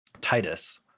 Titus